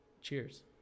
Cheers